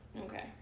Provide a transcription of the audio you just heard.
Okay